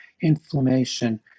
inflammation